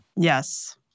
Yes